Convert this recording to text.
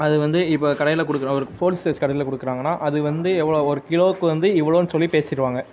அது வந்து இப்போ கடையில் கொடுக்கறோம் ஒரு ஹோல்சேல்ஸ் கடையில் கொடுக்கறாங்கன்னா அது வந்து எவ்வளோ ஒரு கிலோவுக்கு வந்து இவ்வளோன்னு சொல்லி பேசிடுவாங்க